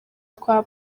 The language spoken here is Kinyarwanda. twa